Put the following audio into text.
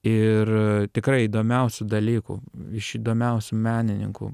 ir tikrai įdomiausių dalykų iš įdomiausių menininkų